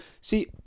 see